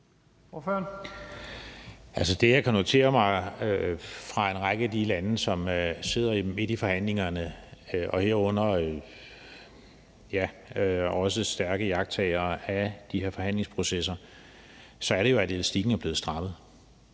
det, jeg kan notere mig fra en række af de lande, som sidder midt i forhandlingerne, og herunder også de stærke iagttagere af de her forhandlingsprocesser, er jo, at elastikken er blevet strammet,